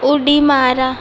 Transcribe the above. उडी मारा